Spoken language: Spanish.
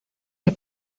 que